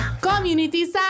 Community